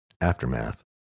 Aftermath